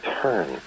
turn